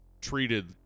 treated